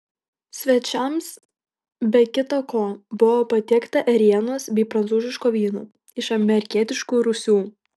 svečiams be kita ko buvo patiekta ėrienos bei prancūziško vyno iš amerikietiškų rūsių